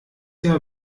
jahr